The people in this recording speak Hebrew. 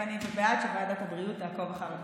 ואני בעד שוועדת הבריאות תעקוב אחרי הנושא.